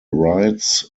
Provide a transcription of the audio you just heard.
rides